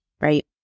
right